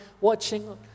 watching